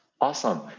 Awesome